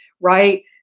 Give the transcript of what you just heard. right